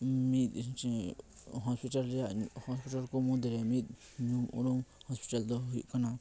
ᱢᱤᱫ ᱦᱳᱥᱯᱤᱴᱟᱞ ᱨᱮᱭᱟᱜ ᱦᱳᱥᱯᱤᱴᱟᱞ ᱠᱚ ᱢᱩᱫ ᱨᱮ ᱢᱤᱫ ᱧᱩᱢ ᱩᱨᱩᱢ ᱦᱳᱥᱯᱤᱴᱟᱞ ᱫᱚ ᱦᱩᱭᱩᱜ ᱠᱟᱱᱟ